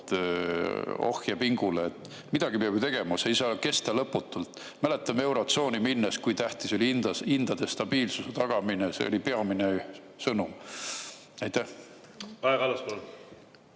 ohje pingule tõmmanud. Midagi peab tegema, see ei saa kesta lõputult. Me mäletame eurotsooni minnes, kui tähtis oli hindade stabiilsuse tagamine. See oli peamine sõnum. Aitäh vastuse